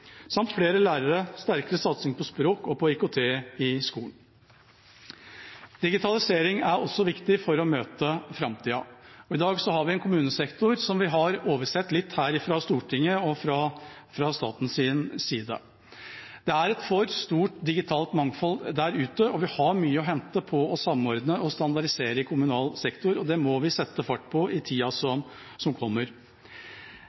samt flere lærere og sterkere satsing på språk og IKT i skolen. Digitalisering er også viktig for å møte framtida. I dag har vi en kommunesektor som vi har oversett litt fra Stortingets og statens side. Det er et for stort digitalt mangfold der ute, og vi har mye å hente på å samordne og standardisere i kommunal sektor, og det må vi sette fart på i tida